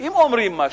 שאם הם אומרים משהו,